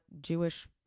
Jewish